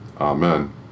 Amen